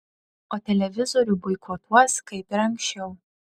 o televizorių boikotuos kaip ir anksčiau